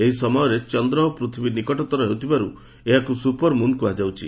ଏହି ସମୟରେ ଚନ୍ଦ୍ର ଓ ପୃଥିବୀ ନିକଟତର ହେଉଥିବାରୁ ଏହାକୁ ସୁପର୍ ମୁନ୍ କୁହାଯାଇଛି